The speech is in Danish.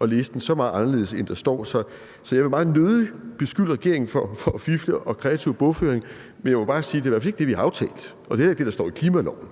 at læse den så meget anderledes, end der står. Jeg vil meget nødig beskylde regeringen for at fifle og foretage kreativ bogføring, men jeg må bare sige, at det i hvert fald ikke er det, vi har aftalt, og det er heller ikke det, der står i klimaloven.